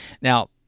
Now